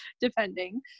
depending